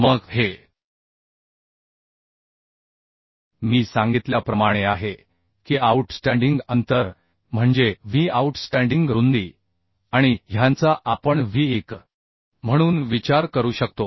मग हे मी सांगितल्याप्रमाणे आहे की आऊटस्टँडिंग अंतर म्हणजे W आउटस्टँडिंग रुंदी आणि ह्यांचा आपण W 1 म्हणून विचार करू शकतो